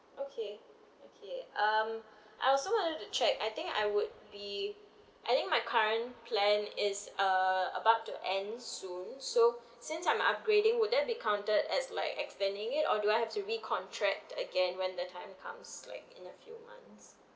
okay okay um I also wanted to check I think I would be I think my current plan is uh about to end soon so since I'm upgrading would that be counted as like expanding it or do I have to recontract again when the time comes like in a few months